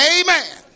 Amen